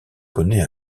connaît